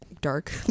dark